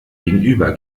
gegenüber